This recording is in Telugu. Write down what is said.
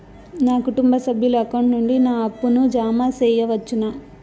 నా కుటుంబ సభ్యుల అకౌంట్ నుండి నా అప్పును జామ సెయవచ్చునా?